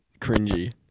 cringy